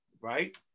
right